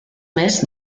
més